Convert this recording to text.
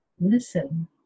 listen